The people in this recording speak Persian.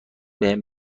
بهم